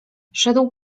szedł